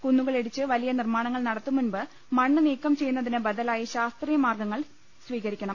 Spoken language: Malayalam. കുന്നുകൾ ഇടിച്ച് വലിയ നിർമ്മാണങ്ങൾ നടത്തും മുമ്പ് മണ്ണ് നീക്കം ചെയ്യുന്നതിന് ബദലായി ശാസ്ത്രീയ് മാർഗ് ങ്ങൾ സ്വീകരിക്കണം